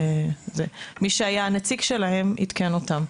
מי שהיה הנציג שלהם עדכן אותם.